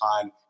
time